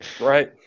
Right